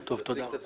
תציג את עצמך.